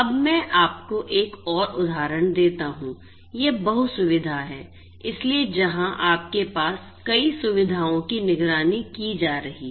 अब मैं आपको एक और उदाहरण देता हूं यह बहु सुविधा है इसलिए जहां आपके पास कई सुविधाओं की निगरानी की जा रही है